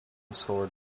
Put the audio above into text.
scored